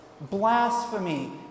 Blasphemy